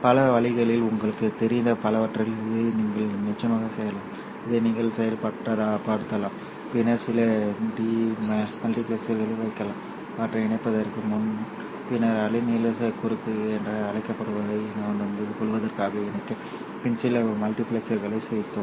பல வழிகளில் உங்களுக்குத் தெரிந்த பலவற்றில் இதை நீங்கள் நிச்சயமாகச் செய்யலாம் இதை நீங்கள் செயல்படுத்தலாம் பின்னர் சில டி மல்டிபிளெக்சர்களை வைக்கலாம் அவற்றை இணைப்பதற்கு முன் பின்னர் அலைநீள குறுக்கு என்று அழைக்கப்படுவதை உணர்ந்து கொள்வதற்காக இணைத்த பின் சில மல்டிபிளெக்சர்களை வைக்கவும்